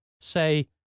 say